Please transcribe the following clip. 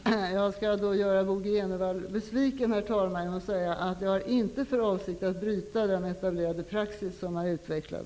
Herr talman! Jag kommer att göra Bo G Jenevall besviken. Jag har inte för avsikt att bryta den etablerade praxis som är utvecklad.